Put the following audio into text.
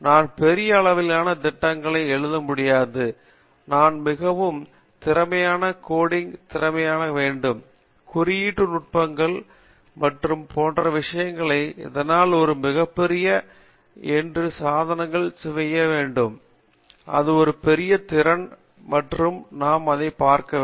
நான் பெரிய அளவிலான திட்டங்களை எழுத முடியாது நான் மிகவும் திறமையான கோடிங் திறமையான வேண்டும் குறியீட்டு நுட்பங்கள் மற்றும் போன்ற விஷயங்களை அதனால் ஒரு மிக பெரிய இன்று என்று சாதனங்கள் சிறிய திட்டங்கள் அந்த வகையான எழுதி அது ஒரு பெரிய திறன் மற்றும் நாம் அதை பார்க்க வேண்டும்